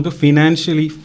financially